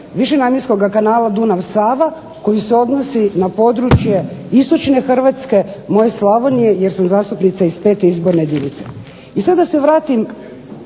višenamjenskoga kanala Dunav-Sava koji se odnosi na područje Istočne Hrvatske, moje Slavonije jer sam zastupnica iz 5. Izborne jedinice. I sad da se vratim